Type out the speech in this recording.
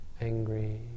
Angry